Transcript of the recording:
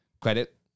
Credit